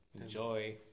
enjoy